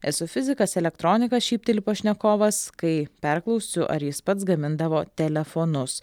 esu fizikas elektronika šypteli pašnekovas kai perklausiu ar jis pats gamindavo telefonus